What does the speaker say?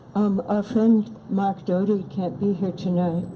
our friend mark doty can't be here tonight,